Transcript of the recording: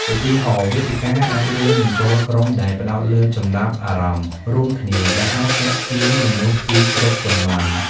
ឧទាហរណ៍ វេទិកាអាចរួមបញ្ចូលក្រុមដែលផ្តោតលើចំណាប់អារម្មណ៍រួមគ្នាដែលអាចទាក់ទាញមនុស្សពីគ្រប់ជំនាន់។